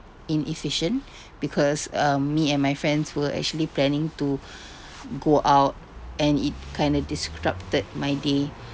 inefficient because uh me and my friends were actually planning to go out and it kind of disrupted my day